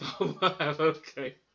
Okay